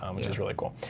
um which is really cool.